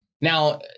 Now